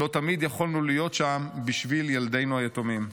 לא תמיד יכולנו להיות שם בשביל ילדינו היתומים.